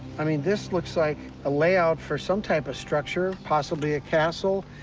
i mean, this looks like a layout for some type of structure, possibly a castle.